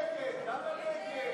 על הצעת חוק העונשין (תיקון,